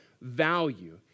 value